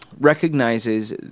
recognizes